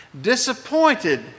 Disappointed